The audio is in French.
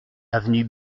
avenue